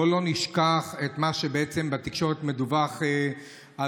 בואו לא נשכח את מה שבעצם מדווח בתקשורת